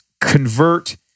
convert